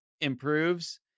improves